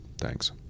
Thanks